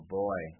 boy